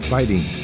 Fighting